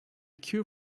cure